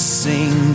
sing